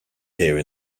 here